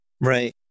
Right